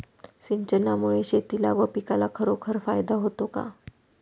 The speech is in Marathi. सिंचनामुळे शेतीला व पिकाला खरोखर फायदा होतो का?